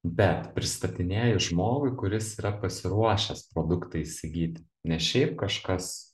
bet pristatinėji žmogui kuris yra pasiruošęs produktą įsigyti ne šiaip kažkas